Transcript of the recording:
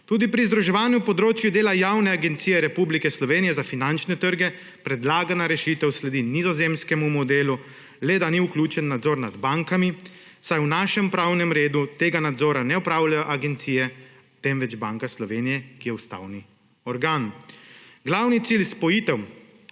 Tudi pri združevanju področja dela Javne agencije Republike Slovenije za finančne trge predlagana rešitev sledi nizozemskemu modelu, le da ni vključen nadzor nad bankami, saj v našem pravnem redu tega nadzora ne upravlja agencija, temveč Banka Slovenije, ki je ustavni organ. Glavni cilj spojitev